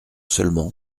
seulement